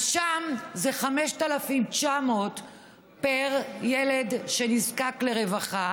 אז שם זה 5,900 פר ילד שנזקק לרווחה